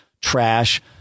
trash